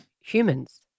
Humans